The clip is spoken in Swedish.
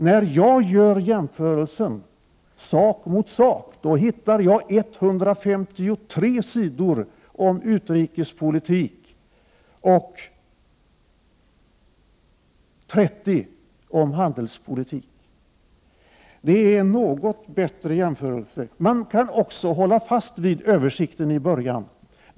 När jag gör jämförelsen sak mot sak, hittar jag 153 sidor om utrikespolitik och 30 om handelspolitik. Det är en något bättre jämförelse. Man kan också hålla fast vid översikten i början.